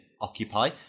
Occupy